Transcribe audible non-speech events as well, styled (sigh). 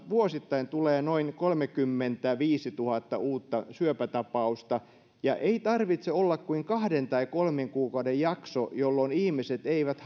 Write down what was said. vuosittain tulee noin kolmekymmentäviisituhatta uutta syöpätapausta ja ei tarvitse olla kuin kahden tai kolmen kuukauden jakso jolloin ihmiset eivät (unintelligible)